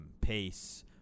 pace